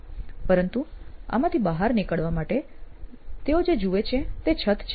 પરંતુ આમાંથી બહાર નીકળવા માટે તેઓ જે જુએ તે છત છે